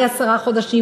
אולי עשרה חודשים,